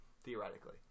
theoretically